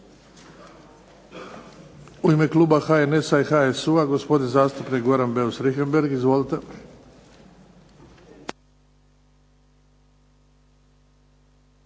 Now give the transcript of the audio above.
U ime kluba HNS-a i HSU-a, gospodin zastupnik Goran Beus Richembergh. Izvolite.